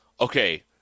Okay